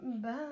Bye